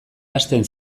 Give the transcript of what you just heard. ahazten